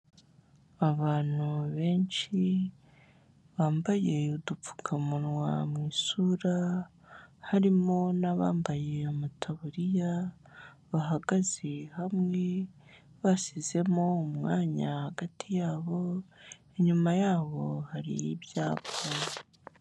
Abantu benshi, bambaye udupfukamunwa mu isura, harimo n'abambaye amataburiya, bahagaze hamwe, basizemo umwanya hagati yabo, inyuma yabo hari ibyapa.